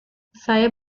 saya